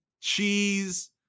cheese